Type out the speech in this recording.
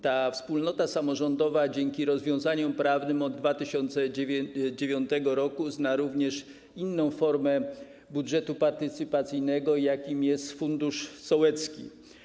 Ta wspólnota samorządowa dzięki rozwiązaniom prawnym od 2009 r. zna również inną formę budżetu partycypacyjnego, jaką jest fundusz sołecki.